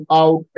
out